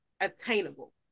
attainable